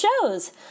shows